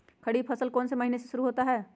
खरीफ फसल कौन में से महीने से शुरू होता है?